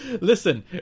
Listen